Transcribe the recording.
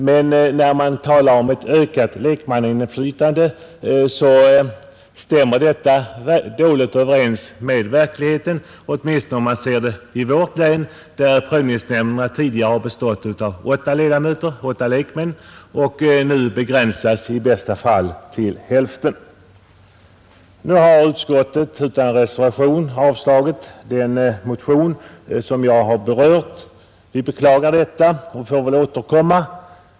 Men när man talar om ett ökat lekmannainflytande stämmer detta dåligt överens med verkligheten åtminstone i vårt län, där prövningsnämnderna tidigare har bestått av åtta lekmän och nu begränsas till att ha i bästa fall hälften. Utskottet har nu utan reservation avstyrkt den motion som jag har berört. Vi beklagar detta och får väl återkomma.